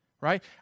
right